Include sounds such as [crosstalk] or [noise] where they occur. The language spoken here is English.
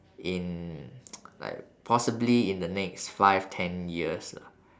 in [noise] like possibly in the next five ten years lah